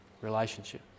relationship